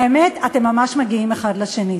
האמת, אתם ממש ראויים האחד לשני.